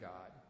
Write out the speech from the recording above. God